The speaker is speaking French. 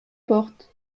porte